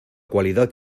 cualidad